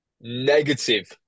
negative